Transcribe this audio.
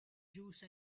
juice